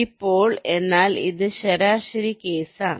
ഇപ്പോൾ എന്നാൽ ഇത് ശരാശരി കേസ് ആണ്